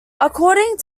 according